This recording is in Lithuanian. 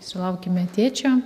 sulaukime tėčio